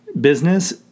business